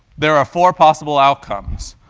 there are four possible outcomes,